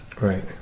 Right